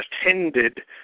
attended